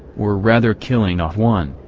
or rather killing off one,